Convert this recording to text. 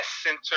center